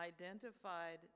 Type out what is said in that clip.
identified